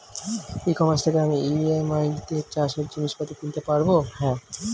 ই commerce থেকে আমি EMI তে চাষে জিনিসপত্র কিনতে পারব?